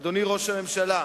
אדוני ראש הממשלה,